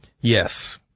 Yes